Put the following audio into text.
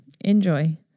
Enjoy